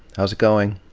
how's it going.